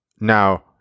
Now